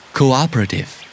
cooperative